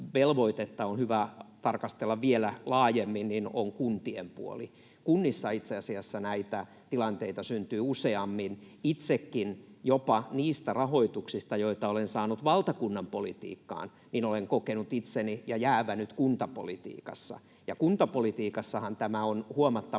on hyvä tarkastella vielä laajemmin, on kuntien puoli. Kunnissa itse asiassa näitä tilanteita syntyy useammin. Itsekin jopa niistä rahoituksista, joita olen saanut valtakunnan politiikkaan, olen kokenut itseni ja jäävännyt kuntapolitiikassa, ja kuntapolitiikassahan tämä on huomattavasti